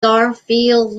garfield